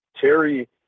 Terry